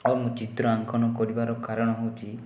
ଆଉ ମୁଁ ଚିତ୍ରାଙ୍କନ କରିବାର କାରଣ ହେଉଛି